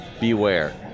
beware